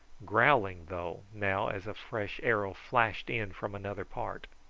growling, though, now as a fresh arrow flashed in from another part.